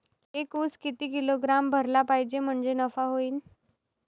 एक उस किती किलोग्रॅम भरला पाहिजे म्हणजे नफा होईन?